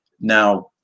Now